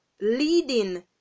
leading